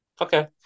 Okay